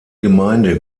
gemeinde